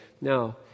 Now